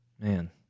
Man